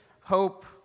hope